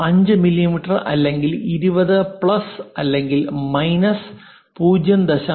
5 millimetre അല്ലെങ്കിൽ 20 plus അല്ലെങ്കിൽ minus 0